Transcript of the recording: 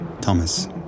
Thomas